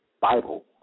Bible